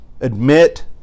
admit